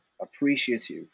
appreciative